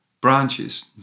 branches